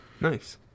Nice